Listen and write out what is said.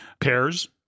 pairs